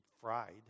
fried